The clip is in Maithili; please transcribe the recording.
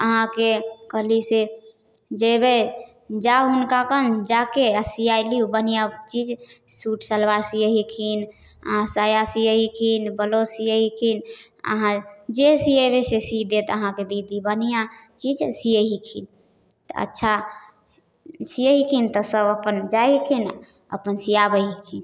अहाँके कहलहुँ से जएबै जाउ हुनकाकन आओर जाकऽ सिएलहुँ बढ़िआँ चीज सूट सलवार सिए छथिन आओर साया सिए छथिन ब्लाउज सिए छथिन अहाँ जे सिएबै से सीबि देत अहाँके दीदी बढ़िआँ चीज सिए छथिन तऽ अच्छा सिए छथिन तऽ सब अपन जाइ छथिन अपन सिआबै छथिन